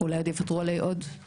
ואולי עוד יוותרו עליי עוד.